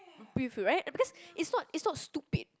preview right it because it's not it's not stupid